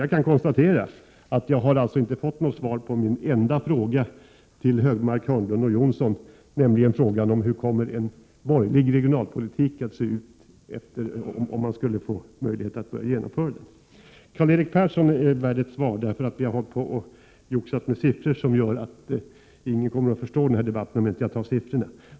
Jag kan alltså konstatera att jag inte fått svar på min enda fråga till herrarna Högmark, Hörnlund och Jonsson, nämligen hur kommer en borgerlig regionalpolitik att se ut, om de borgerliga skulle få möjlighet att genomföra den? Karl-Erik Persson är värd ett svar. Vi har joxat så mycket med siffror att ingen kommer att förstå denna debatt om jag inte tar siffrorna.